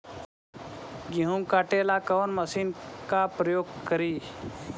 गेहूं काटे ला कवन मशीन का प्रयोग करी?